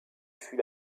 fut